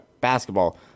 basketball